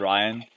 Ryan